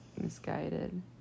misguided